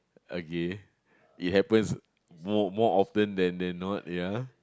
okay it happens more more often then then not ya